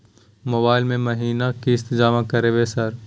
Mobile से महीना किस्त जमा करबै सर?